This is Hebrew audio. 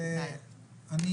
רק